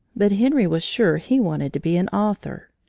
but henry was sure he wanted to be an author.